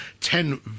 ten